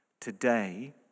Today